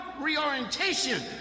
reorientation